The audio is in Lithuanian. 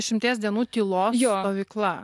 dešimties dienų tylos stovykla